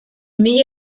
mila